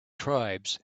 tribes